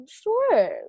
Sure